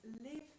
live